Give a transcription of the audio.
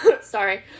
Sorry